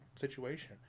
situation